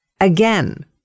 Again